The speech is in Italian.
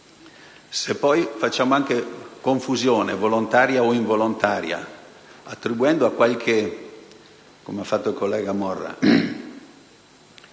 Se poi facciamo anche confusione, volontaria o involontaria, attribuendo dei fatti (come ha fatto il collega Morra)